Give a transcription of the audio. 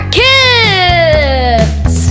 kids